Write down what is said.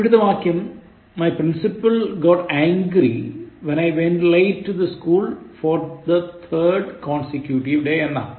ഇവിടുത്തെ വാക്യം My principal got angry when I went late to the school for the third consecutive day എന്നതാണ്